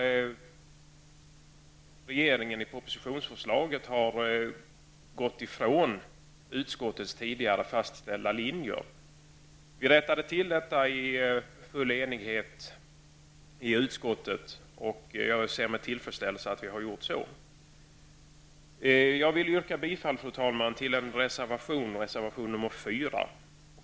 Regeringen har i propositionen gått ifrån utskottets tidigare fastställda linjer. Vi rättade till detta i full enighet i utskottet, och jag ser med tillfredsställelse att så har gjorts. Fru talman! Jag vill yrka bifall till reservation nr 4.